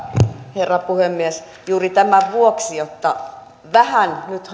herra puhemies juuri tämän vuoksi jotta hallituspuolueet nyt